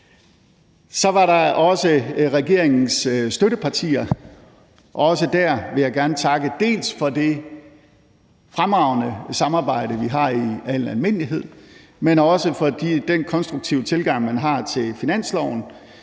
Så var der også regeringens støttepartier, og også der vil jeg gerne takke for det fremragende samarbejde, vi har i al almindelighed, men også for den konstruktive tilgang, man har til finansloven